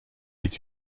est